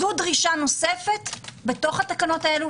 זו דרישה נוספת בתוך התקנות האלה,